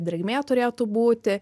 drėgmė turėtų būti